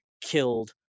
killed